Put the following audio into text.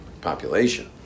population